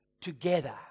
together